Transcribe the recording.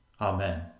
Amen